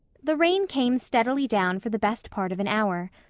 the rain came steadily down for the best part of an hour.